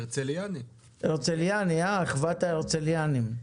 אחוות ההרצליאנים,